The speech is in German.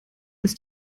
ist